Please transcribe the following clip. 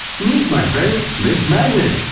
meet my friend, miss. magnet!